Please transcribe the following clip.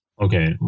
Okay